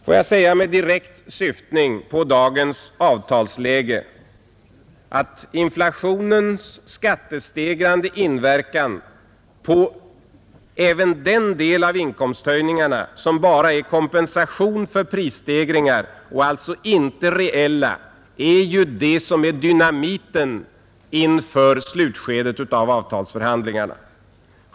Får jag säga med direkt syftning på dagens avtalsläge, att inflationens skattestegrande inverkan på även den del av inkomsthöjningarna, som bara är kompensation för prisstegringar och alltså inte reella höjningar, är ju det som är dynamiten inför slutskedet av avtalsförhandlingarna.